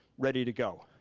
ready to go.